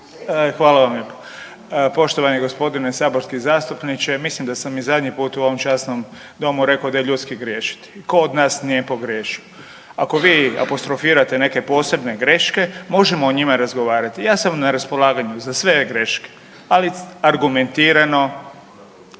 Hvala vam lijepo. Poštovani g. saborski zastupniče, ja mislim da sam i zadnji put u ovom časnom domu rekao da je ljudski griješiti, tko od nas nije pogriješio? Ako vi apostrofirate neke posebne greške možemo o njima razgovarati. Ja sam na raspolaganju za sve greške, ali argumentirano